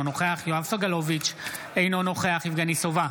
אינו נוכח יואב סגלוביץ' אינו נוכח יבגני סובה,